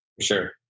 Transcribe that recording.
Sure